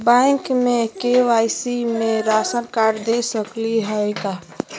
Bank में KYC में ration card दे सकली हई का?